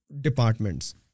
departments